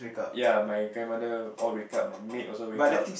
ya my grandmother all wake up my maid also wake up